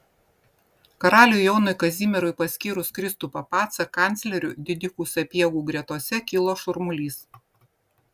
karaliui jonui kazimierui paskyrus kristupą pacą kancleriu didikų sapiegų gretose kilo šurmulys